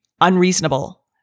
unreasonable